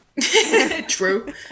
true